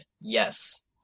yes